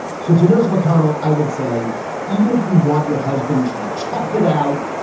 so to nurse mcconnell, i would say even if you want your husband to tough it out,